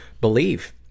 believe